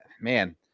Man